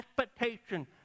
expectation